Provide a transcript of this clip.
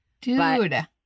Dude